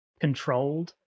controlled